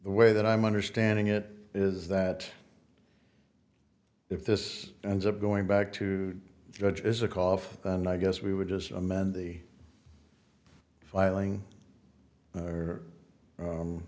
the way that i'm understanding it is that if this ends up going back to judge isikoff and i guess we would just amend the filing or